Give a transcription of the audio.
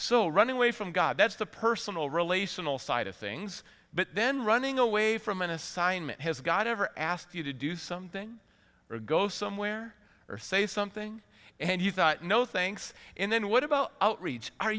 so running away from god that's the personal relational side of things but then running away from an assignment has god ever asked you to do something or go somewhere or say something and you thought no thanks and then what about outreach are